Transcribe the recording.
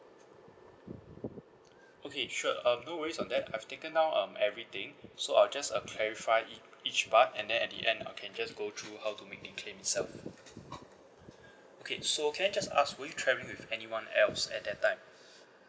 okay sure um no worries on that I've taken down um everything so I'll just uh clarify each each part and then at the end I can just go through how to make the claim itself okay so can I just ask were you travelling with anyone else at that time